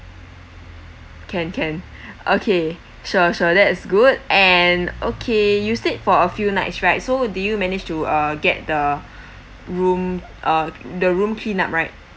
can can okay sure sure that's good and okay you stayed for a few nights right so do you manage to uh get the room uh the room clean up right